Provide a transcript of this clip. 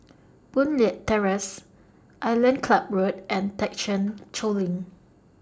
Boon Leat Terrace Island Club Road and Thekchen Choling